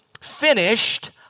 finished